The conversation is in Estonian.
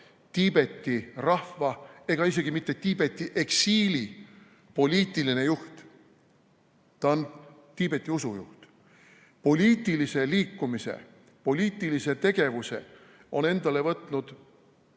Tiibeti rahva ega isegi mitte Tiibeti eksiili poliitiline juht. Ta on Tiibeti usujuht. Poliitilise liikumise, poliitilise tegevuse on enda kanda võtnud